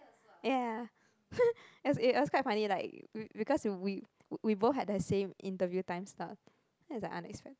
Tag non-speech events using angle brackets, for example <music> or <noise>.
ya <laughs> as it it was quite funny like because we we both had the same interview time slot then it's like unexpected